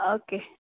ആ ഓക്കെ